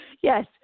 yes